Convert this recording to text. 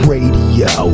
Radio